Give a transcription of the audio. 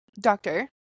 doctor